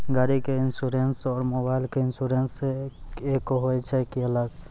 गाड़ी के इंश्योरेंस और मोबाइल के इंश्योरेंस एक होय छै कि अलग?